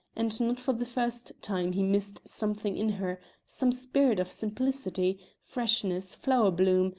and not for the first time he missed something in her some spirit of simplicity, freshness, flower-bloom,